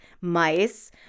mice